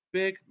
big